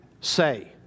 Say